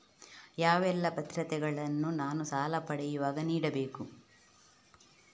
ಯಾವೆಲ್ಲ ಭದ್ರತೆಗಳನ್ನು ನಾನು ಸಾಲ ಪಡೆಯುವಾಗ ನೀಡಬೇಕು?